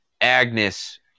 Agnes